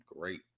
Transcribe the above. great